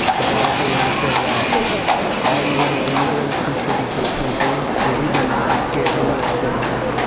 but i also wanna say that all illegal immigrants contribute to this country, and we do not get any services.